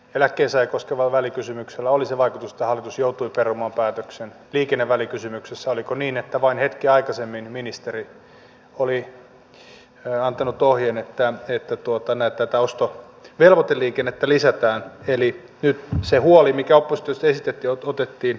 eläke sai kostavaa välikysymyksellä olisi vaikutusta hallitus joutui perumaan maanpuolustukseen liittyen ja siihen että maamme on valmistautunut tarvittaessa kriisiaikoihin ja mahdollisiin sotatilanteisiin näiden aseellisten maanpuolustustaitojen materiaalihankintojen ja muiden osalta meidän on myös huolehdittava huoltovarmuudesta